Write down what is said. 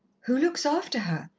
who looks after her?